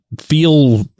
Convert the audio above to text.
feel